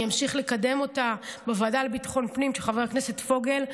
אני אמשיך לקדם אותה בוועדה לביטחון לאומי של חבר הכנסת פוגל.